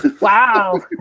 wow